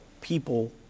people